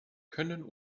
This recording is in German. können